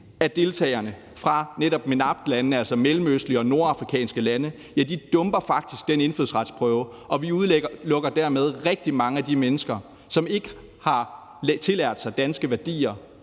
af deltagerne fra netop MENAPT-landene, altså mellemøstlige og nordafrikanske lande, faktisk dumper til den indfødsretsprøve, og vi udelukker dermed rigtig mange af de mennesker, som ikke har tillært sig danske værdier,